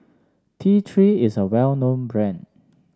T Three is a well known brand